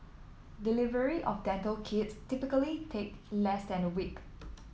delivery of dental kits typically take less than a week